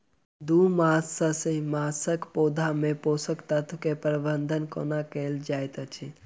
दू मास सँ छै मासक पौधा मे पोसक तत्त्व केँ प्रबंधन कोना कएल जाइत अछि?